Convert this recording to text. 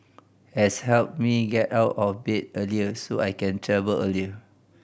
has helped me get out of bed earlier so I can travel earlier